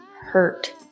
hurt